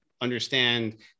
understand